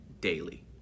daily